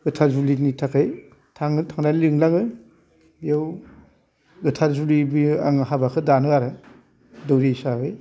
गोथार जुलिनि थाखाय थाङो थांनानै लिंलाङो बेयाव गोथार जुलि बेयो आङो हाबाखो दानो आरो दौरि हिसाबै